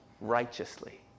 righteously